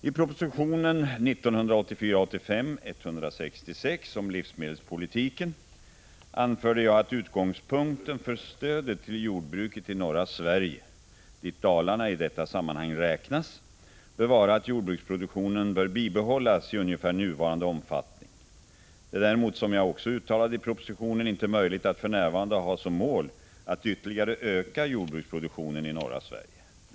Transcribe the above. I proposition 1984/85:166 om livsmedelspolitiken anförde jag att utgångspunkten för stödet till jordbruket i norra Sverige, dit Dalarna i detta sammanhang räknas, bör vara att jordbruksproduktionen bör bibehållas i ungefär nuvarande omfattning. Det är däremot, som jag också uttalade i propositionen, inte möjligt att för närvarande ha som mål att ytterligare öka jordbruksproduktionen i norra Sverige.